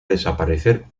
desaparecer